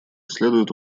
следует